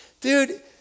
dude